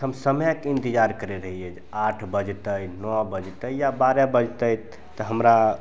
तऽ हम समयके इन्तजार करै रहिए आठ बजतै नओ बजतै या बारह बजतै तऽ हमरा